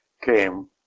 came